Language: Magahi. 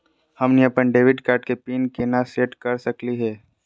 हमनी अपन डेबिट कार्ड के पीन केना सेट कर सकली हे?